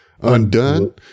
undone